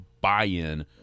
buy-in